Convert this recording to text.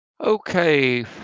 Okay